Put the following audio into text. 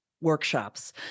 workshops